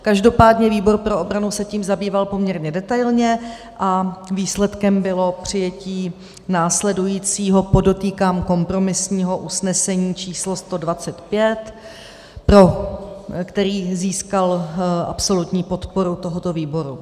Každopádně výbor pro obranu se tím zabýval poměrně detailně a výsledkem bylo přijetí následujícího podotýkám kompromisního usnesení číslo 125, které získalo absolutní podporu tohoto výboru.